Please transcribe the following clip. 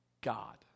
God